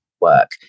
work